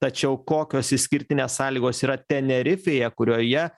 tačiau kokios išskirtinės sąlygos yra tenerifėje kurioje